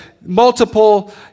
multiple